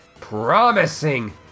Promising